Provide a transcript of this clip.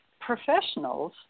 professionals